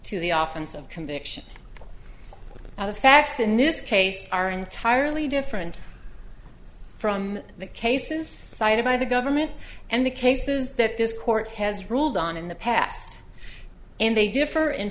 to the office of conviction of facts in this case are entirely different from the cases cited by the government and the cases that this court has ruled on in the past and they differ in